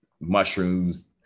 mushrooms